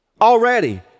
Already